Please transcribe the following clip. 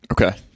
Okay